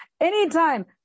Anytime